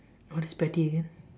what is petty again